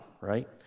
right